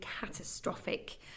catastrophic